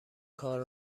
کار